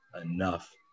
enough